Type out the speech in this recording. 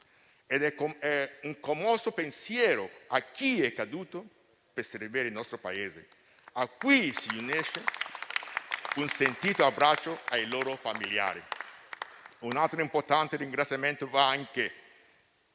Un commosso pensiero va a chi è caduto per servire il nostro Paese a cui si unisce un sentito abbraccio ai familiari. Un altro importante ringraziamento va anche